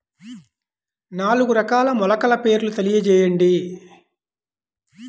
నాలుగు రకాల మొలకల పేర్లు తెలియజేయండి?